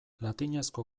latinezko